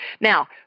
Now